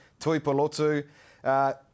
Tuipolotu